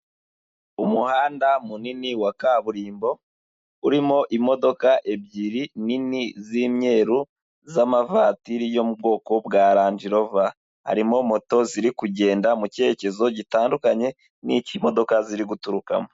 Umuhanda munini wa kaburimbo, urimo imodoka ebyiri nini z'imyeru z'amavatiri yo mu bwoko bwa ranjirova, harimo moto ziri kugenda mu cyerekezo gitandukanye, n'icy'imodoka ziri guturukamo.